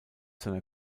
seiner